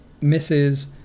misses